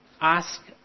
ask